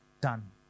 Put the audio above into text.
done